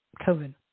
COVID